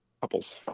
couples